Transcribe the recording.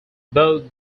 both